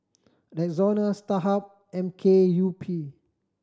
Rexona Starhub M K U P